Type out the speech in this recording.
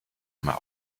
einmal